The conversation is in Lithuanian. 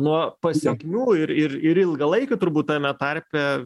nuo pasekmių ir ir ir ilgalaikių turbūt tame tarpe